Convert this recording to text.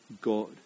God